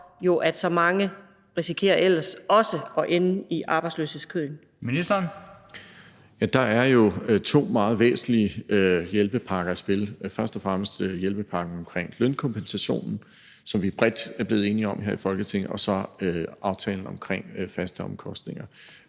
16:20 Transportministeren (Benny Engelbrecht): Ja, der er jo to meget væsentlige hjælpepakker i spil, først og fremmest hjælpepakken omkring lønkompensationen, som vi bredt er blevet enige om her i Folketinget, og så aftalen omkring faste omkostninger.